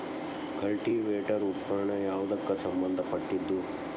Cultivator ಉಪಕರಣ ಯಾವದಕ್ಕ ಸಂಬಂಧ ಪಟ್ಟಿದ್ದು?